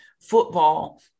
football